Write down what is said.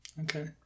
Okay